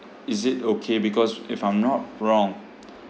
is it okay because if I'm not wrong